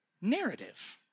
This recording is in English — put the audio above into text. narrative